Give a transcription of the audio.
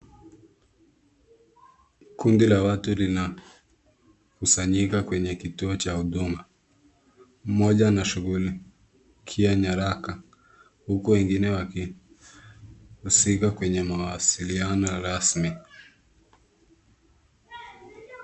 Kundi la watu linakusanyika kwenye kituo cha huduma. Mmoja anashughulikia nyaraka huku wengine wakishughulika kwenye mawasiliano rasmi.